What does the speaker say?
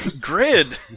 grid